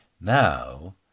Now